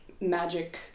Magic